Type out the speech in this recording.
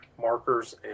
markers